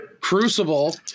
Crucible